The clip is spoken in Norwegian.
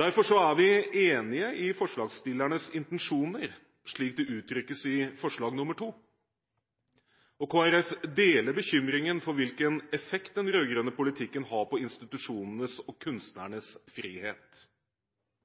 Derfor er vi enig i forslagsstillernes intensjoner slik det uttrykkes i forslag nr. 2. Kristelig Folkeparti deler bekymringen for hvilken effekt den rød-grønne politikken har på institusjonenes og